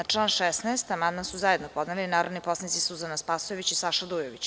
Na član 16. amandman su zajedno podneli narodni poslanici Suzana Spasojević i Saša Dujović.